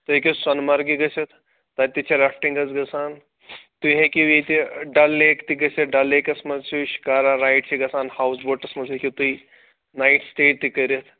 تُہۍ ہیٚکِو سۄنہٕ مَرگہِ گٔژھِتھ تَتہِ تہِ چھِ رافٹِنٛگ حظ گژھان تُہۍ ہیٚکِو ییٚتہِ ڈَل لیک تہِ گٔژھِتھ ڈَل لیکَس منٛز چھِ شِکارا رایِڈ چھِ گژھان ہاوُس بوٹَس منٛز ہیٚکِو تُہۍ نایِٹ سِٹے تہِ کٔرِتھ